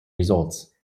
results